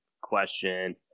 question